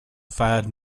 feiert